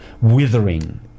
withering